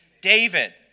David